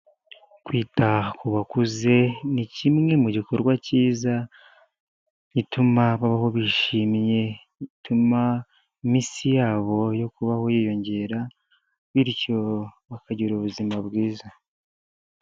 Kwita ku bakuze ni kimwe mu gikorwa cyiza gituma babaho bishimye, gituma iminsi yabo yo kubaho yiyongera bityo bakagira ubuzima bwiza.